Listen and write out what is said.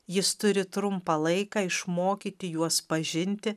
jis turi trumpą laiką išmokyti juos pažinti